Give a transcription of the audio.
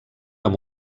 amb